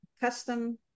custom